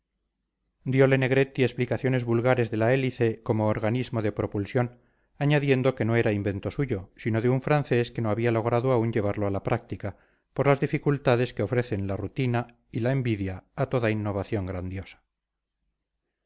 ejemplos diole negretti explicaciones vulgares de la hélice como organismo de propulsión añadiendo que no era invento suyo sino de un francés que no había logrado aún llevarlo a la práctica por las dificultades que ofrecen la rutina y la envidia a toda innovación grandiosa